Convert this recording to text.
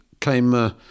came